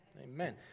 Amen